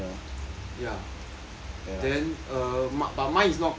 ya then err but mine is not curve lah